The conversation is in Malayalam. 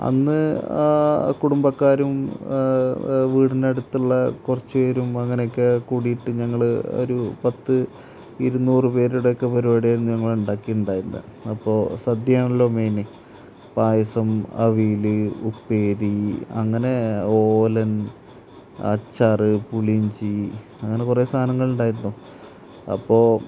അന്ന് കുടുംബക്കാരും വീടിനടുത്തുള്ള കുറച്ച് പേരും അങ്ങനെയൊക്കെ കൂടിയിട്ട് ഞങ്ങള് ഒരു പത്ത് ഇരുനൂറ് പേരുടൊക്കെ പരിപാടി ആയിരുന്നു ഞങ്ങള് ഉണ്ടാക്കിയിട്ട് ഉണ്ടായിരുന്നത് അപ്പോള് സദ്യയാണല്ലോ മെയിന് പായസം അവീല് ഉപ്പേരി അങ്ങനെ ഓലൻ അച്ചാറ് പുളിയിഞ്ചി അങ്ങനെ കുറേ സാധനങ്ങളുണ്ടായിരുന്നു അപ്പോള്